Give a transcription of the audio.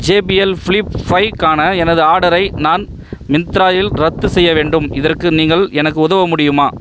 JBL Flip ஃபைவ்க்கான எனது ஆர்டரை நான் மிந்த்ராவில் ரத்து செய்ய வேண்டும் இதற்கு நீங்கள் எனக்கு உதவ முடியுமா